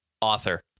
Author